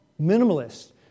Minimalist